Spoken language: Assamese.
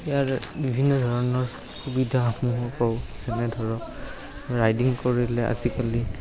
ইয়াৰ বিভিন্ন ধৰণৰ সুবিধাসমূহো পাওঁ যেনে ধৰক ৰাইডিং কৰিলে আজিকালি